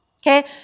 okay